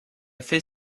fait